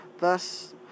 thus